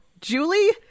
Julie